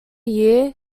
year